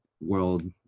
world